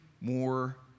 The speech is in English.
more